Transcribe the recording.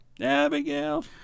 Abigail